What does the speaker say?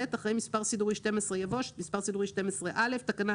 אחרי מספר סידורי 12 יבוא: מספר מספרפירוט נוסף לעבירהדרגת